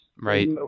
Right